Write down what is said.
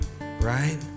Right